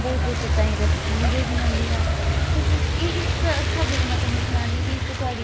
इसलिए जेह्ड़ी योगा साढ़े ताहीं बड़ी ही जेह्ड़ी उ'नें स्वामी नंद होरें आखेआ योगा करनी चाहिदी